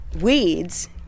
weeds